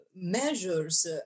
Measures